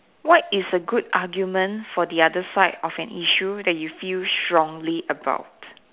what is a good argument for the other side of an issue that you feel strongly about